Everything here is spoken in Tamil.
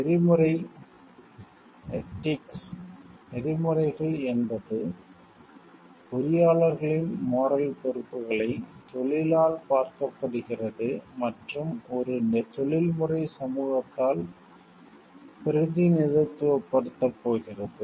நெறிமுறை எதிக்ஸ் நெறிமுறைகள் எதிக்ஸ் என்பது பொறியாளர்களின் மோரல் பொறுப்புகளை தொழிலால் பார்க்கப்படுகிறது மற்றும் ஒரு தொழில்முறை சமூகத்தால் பிரதிநிதித்துவப்படுத்தப்படுகிறது